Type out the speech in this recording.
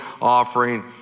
offering